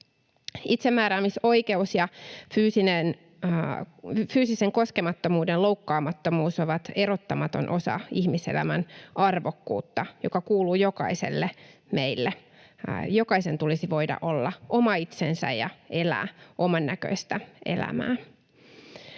Itsemääräämisoikeus ja fyysisen koskemattomuuden loukkaamattomuus ovat erottamaton osa ihmiselämän arvokkuutta, joka kuuluu jokaiselle meistä. Jokaisen tulisi voida olla oma itsensä ja elää omannäköistä elämää.